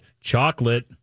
chocolate